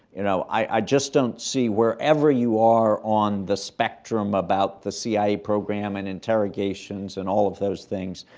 you know, i just don't see, wherever you are on the spectrum about the cia program and interrogations and all of those things,